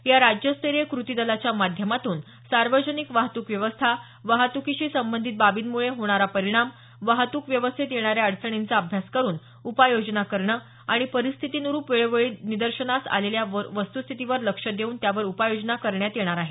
या राज्यस्तरीय क्रतिदलाच्या माध्यमातून सार्वजनिक वाहतूक व्यवस्था वाहतुकीशी संबंधित बाबींमुळे होणारा परिणाम वाहतूक व्यवस्थेत येणाऱ्या अडचणींचा अभ्यास करून उपाय योजना करणं आणि परिस्थितीनुरूप वेळोवेळी निदर्शनास आलेल्या वस्तुस्थितीवर लक्ष देऊन त्यावर उपाययोजना करण्यात येणार आहेत